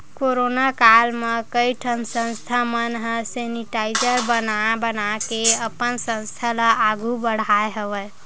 corona काल म कइ ठन संस्था मन ह सेनिटाइजर बना बनाके अपन संस्था ल आघु बड़हाय हवय